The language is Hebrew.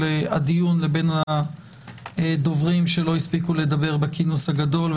הדיון לבין הדוברים שלא הספיקו לדבר בכינוס הגדול,